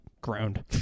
ground